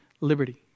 liberty